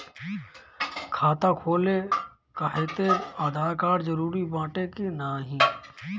खाता खोले काहतिर आधार कार्ड जरूरी बाटे कि नाहीं?